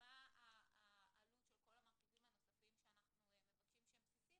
מה העלות של כל המרכיבים הנוספים שאנחנו מבקשים שהם בסיסיים,